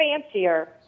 fancier